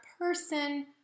person